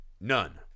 None